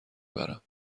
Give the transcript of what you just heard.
برم